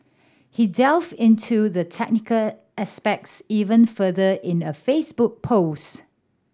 he delved into the technical expects even further in a Facebook post